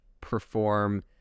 perform